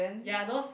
ya those